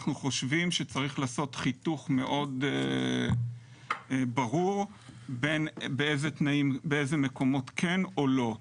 אנחנו חושבים שצריך לעשות חיתוך מאוד ברור באיזה מקומות כן או לא.